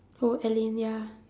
oh alyn ya